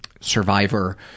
survivor